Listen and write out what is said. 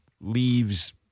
leaves